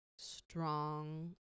strong